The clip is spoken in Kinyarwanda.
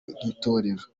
nk’intore